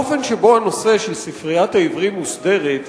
הדרך שבה הנושא של ספריית העיוורים מוסדר,